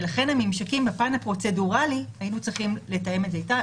ולכן הממשקים בפן הפרוצדורלי היינו צריכים לתאם את זה איתה,